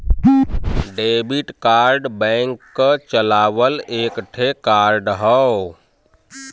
debit card bank क चलावल एक ठे कार्ड हौ